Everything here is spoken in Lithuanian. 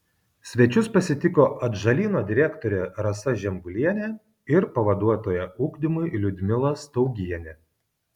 svečius pasitiko atžalyno direktorė rasa žemgulienė ir pavaduotoja ugdymui liudmila staugienė